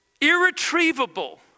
Irretrievable